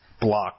block